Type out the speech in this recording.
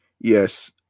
yes